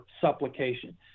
supplication